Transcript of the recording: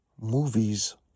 movies